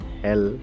hell